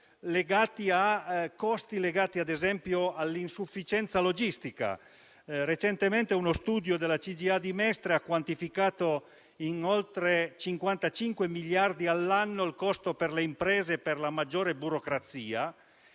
ma anche costi legati, ad esempio, all'insufficienza logistica. Uno studio recente della CGIA di Mestre ha quantificato in oltre 55 miliardi all'anno il costo per le imprese per la maggiore burocrazia